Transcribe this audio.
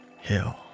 Hill